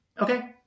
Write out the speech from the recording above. Okay